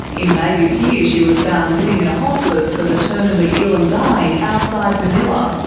in may this year, she was found living in a hospice for the terminally ill and dying outside manilla.